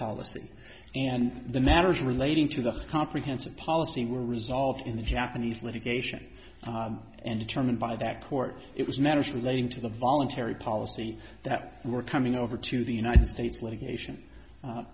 policy and the matters relating to the comprehensive policy were resolved in the japanese litigation and determined by that court it was matters relating to the voluntary policy that were coming over to the united states li